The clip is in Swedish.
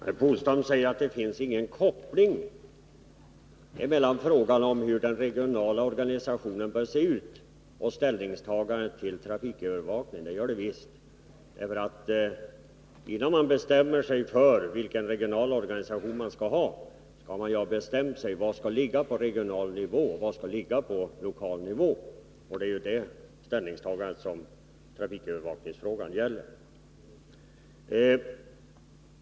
Herr talman! Herr Polstam säger att det inte finns någon koppling mellan frågan om hur den regionala organisationen bör se ut och ställningstagandet till trafikövervakningen. Det gör det visst. Innan man bestämmer sig för vilken regional organisation man skall ha måste man ju ha bestämt sig för vad som skall ligga på regional nivå och vad som skall ligga på lokal nivå. Det är det ställningstagandet som trafikövervakningsfrågan gäller.